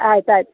ಆಯ್ತು ಆಯ್ತು